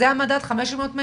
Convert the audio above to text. זה המדד, 500 מטר?